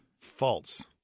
False